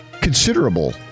considerable